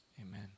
amen